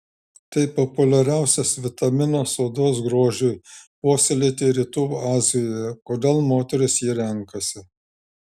tai populiariausias vitaminas odos grožiui puoselėti rytų azijoje kodėl moterys jį renkasi